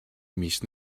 mis